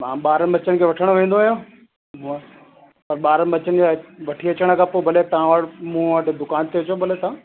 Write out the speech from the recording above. मां ॿारनि बचनि खे वठणु वेंदो आहियां उहा त ॿारनि बचनि खे वठी अचण खां पोइ भले तव्हां मूं वटि दुकान ते अचो भले तव्हां